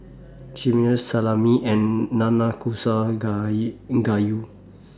Chimichangas Salami and Nanakusa Gayu